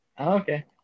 Okay